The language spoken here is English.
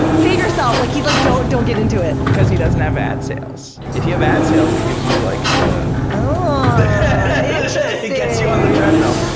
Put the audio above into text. save yourself. like he's like, don't don't get into it. because he doesn't have ad sales. if you have ad sales, it gives you like the it gets you on the treadmill.